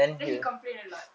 then he complain a lot